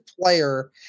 player